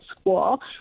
school